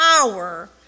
power